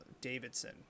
Davidson